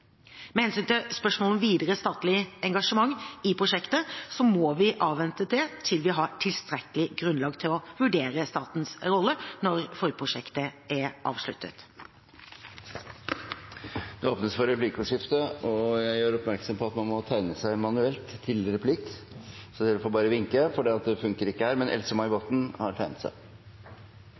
Med hensyn til spørsmålet om videre statlig engasjement i prosjektet må vi avvente det til vi har tilstrekkelig grunnlag for å vurdere statens rolle når forprosjektet er avsluttet. Det blir replikkordskifte. Else-May Botten [10:40:09]: Jeg er veldig glad for at statsråden er positiv til dette, og for at det er satt i gang et forprosjekt. Men det